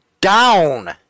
down